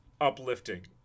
uplifting